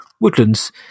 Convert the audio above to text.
woodlands